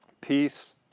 peace